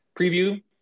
preview